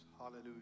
Hallelujah